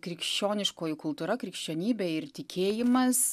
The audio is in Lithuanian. krikščioniškoji kultūra krikščionybė ir tikėjimas